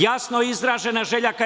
Jasno izražena želja ka EU.